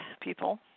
people